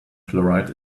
chloride